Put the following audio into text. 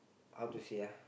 how to say uh